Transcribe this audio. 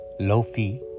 Lofi